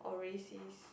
or racist